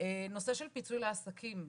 נושא של פיצוי לעסקים.